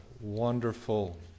wonderful